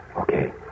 Okay